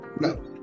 No